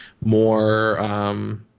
more –